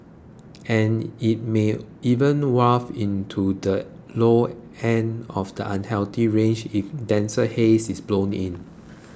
and it may even waft into the low end of the unhealthy range if denser haze is blown in